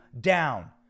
down